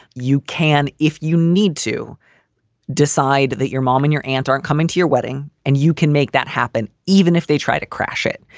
you can if you need to decide that your mom and your aunt aren't coming to your wedding and you can make that happen even if they try to crash it.